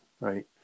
right